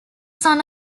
son